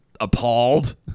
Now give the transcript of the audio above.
appalled